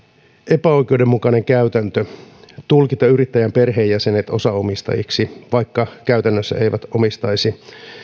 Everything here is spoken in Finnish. epäoikeudenmukainen käytäntö tulkita yrittäjän perheenjäsenet osaomistajiksi vaikka he käytännössä eivät omistaisi